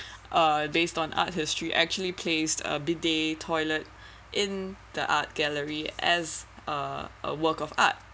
uh based on art history actually placed a bidet toilet in the art gallery as a a work of art